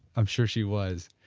i'm sure she was.